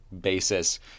basis